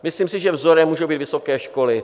Myslím si, že vzorem můžou být vysoké školy.